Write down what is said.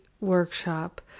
workshop